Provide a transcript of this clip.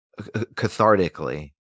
cathartically